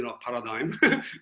paradigm